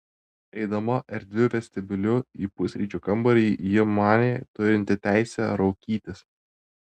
eidama erdviu vestibiuliu į pusryčių kambarį ji manė turinti teisę raukytis